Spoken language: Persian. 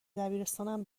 دبیرستان